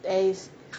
there is